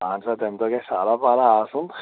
اَدٕ تَمہِ دۅہ گَژھِ سالا والا آسُن